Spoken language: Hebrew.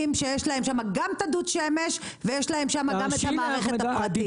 שיש להם גם דוד שמש ויש להם גם את המערכת הפרטית.